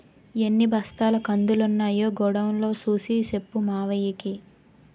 ఎన్ని బస్తాల కందులున్నాయో గొడౌన్ లో సూసి సెప్పు మావయ్యకి